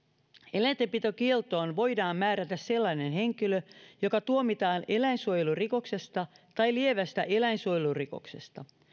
eläintenpitokieltoon voidaan määrätä sellainen henkilö joka tuomitaan eläinsuojelurikoksesta tai lievästä eläinsuojelurikoksesta